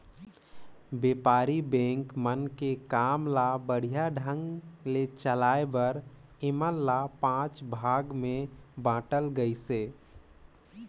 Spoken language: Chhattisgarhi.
बेपारी बेंक मन के काम ल बड़िहा ढंग ले चलाये बर ऐमन ल पांच भाग मे बांटल गइसे